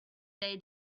day